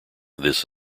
this